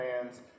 Plans